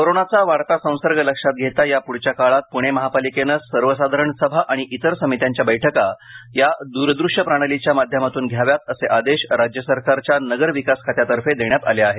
कोरोनचा वाढता संसर्ग लक्षात घेता या पुढच्या काळात पुणे महापालिकेने सर्वसाधारण सभा आणि इतर समित्यांच्या बैठका या दूर दृष्य प्रणालीच्या माध्यमातून घ्याव्यात असे आदेश राज्य सरकारच्या नगर विकास खात्यातर्फे देण्यात आले आहेत